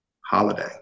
holiday